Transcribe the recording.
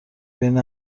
بین